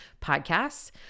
podcasts